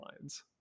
lines